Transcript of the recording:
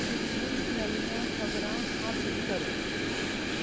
बिलकुल नमियां खबरां हासल करो